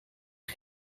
chi